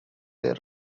their